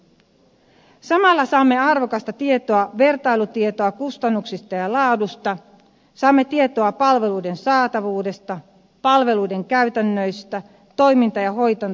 samalla saamme arvokasta vertailutietoa kustannuksista ja laadusta saamme tietoa palveluiden saatavuudesta palveluiden käytännöistä toiminta ja hoitokäytännöistä